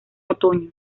otoño